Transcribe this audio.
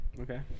Okay